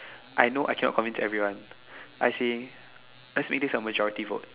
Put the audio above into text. I know I cannot commit to everyone I see let's make this a majority vote